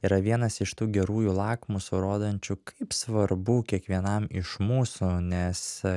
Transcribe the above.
yra vienas iš tų gerųjų lakmusų rodančių kaip svarbu kiekvienam iš mūsų nes